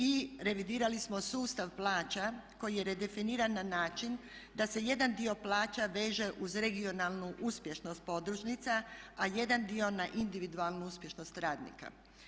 I revidirali smo sustav plaća koji je redefiniran na način da se jedan dio plaća veže uz regionalnu uspješnost podružnica, a jedan dio na individualnu uspješnost radnika.